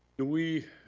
do we,